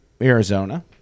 Arizona